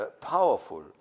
powerful